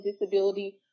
disability